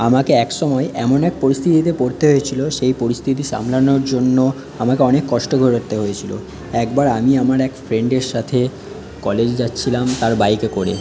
আমাকে এক সময় এমন এক পরিস্থিতিতে পড়তে হয়েছিল সেই পরিস্থিতি সামলানোর জন্য আমাকে অনেক কষ্ট করতে হয়েছিল একবার আমি আমার এক ফ্রেন্ডের সাথে কলেজে যাচ্ছিলাম তার বাইকে করে